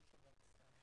אוקיי.